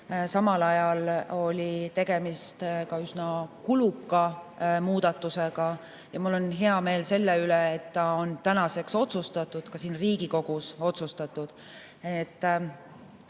kui hiljem. Tegemist oli üsna kuluka muudatusega. Mul on hea meel selle üle, et see on tänaseks otsustatud, ka siin Riigikogus otsustatud.